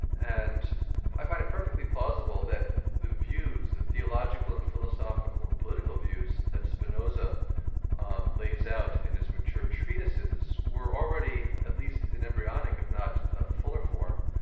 and i find it perfectly plausible that the views, the theological and philosophical and political views that spinoza um lays out in his mature treatises, were already, at least in embryonic or not fuller form,